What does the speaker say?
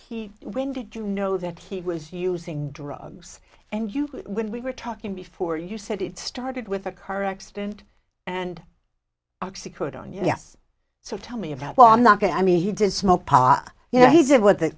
he when did you know that he was using drugs and you when we were talking before you said it started with a car accident and oxycodone yes so tell me about why i'm not going i mean he did smoke pot you know he said what the